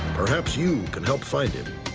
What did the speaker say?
perhaps you can help find him.